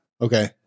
Okay